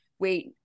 Wait